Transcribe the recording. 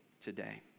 today